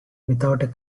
without